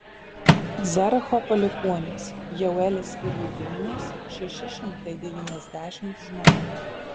zeracho palikuonys jeuelis ir jų giminės šeši šimtai devyniasdešimt žmonių